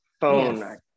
Phone